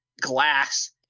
Glass